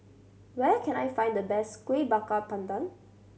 where can I find the best Kueh Bakar Pandan